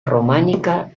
románica